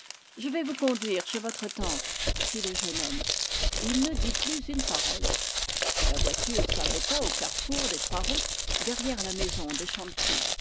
je vais vous conduire chez votre tante fit le jeune homme et il ne dit plus une parole la voiture s'arrêta au carrefour des trois routes derrière la maison des